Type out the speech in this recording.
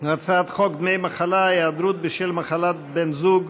הצעת חוק דמי מחלה (היעדרות בשל מחלת בן זוג)